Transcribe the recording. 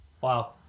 Wow